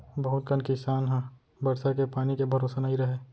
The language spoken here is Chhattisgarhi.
बहुत कन किसान ह बरसा के पानी के भरोसा नइ रहय